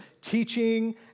teaching